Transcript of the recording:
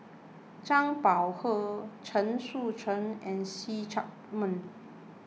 Zhang Bohe Chen Sucheng and See Chak Mun